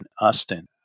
Austin